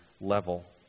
level